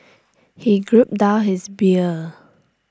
he grouped down his beer